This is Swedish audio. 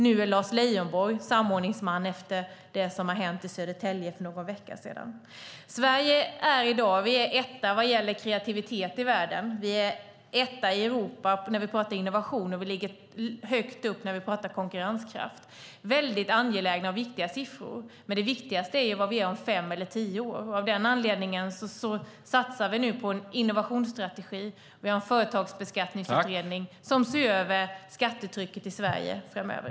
Nu är Lars Leijonborg samordningsman efter det som hände i Södertälje för någon vecka sedan. Sverige är i dag etta vad gäller kreativitet i världen. Vi är etta i Europa när vi pratar om innovation, och vi ligger högt upp när vi pratar om konkurrenskraft. Det är angelägna och viktiga siffror. Men det viktigaste är vad vi är om fem eller tio år. Av den anledningen satsar vi nu på en innovationsstrategi. Vi har en företagsbeskattningsutredning som ser över skattetrycket i Sverige framöver.